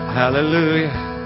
hallelujah